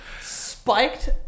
spiked